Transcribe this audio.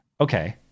okay